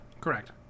Correct